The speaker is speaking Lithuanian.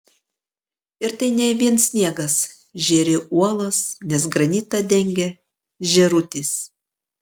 ir tai ne vien sniegas žėri uolos nes granitą dengia žėrutis